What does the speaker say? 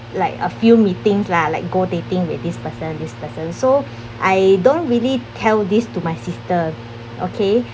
like a few meetings lah like go dating with this person this person so I don't really tell this to my sister okay